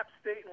State